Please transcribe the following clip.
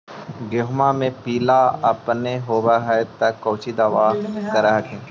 गोहुमा मे पिला अपन होबै ह तो कौची दबा कर हखिन?